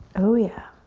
oh, yeah.